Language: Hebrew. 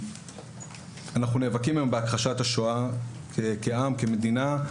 אנחנו נאבקים היום בהכחשת השואה כעם, כמדינה,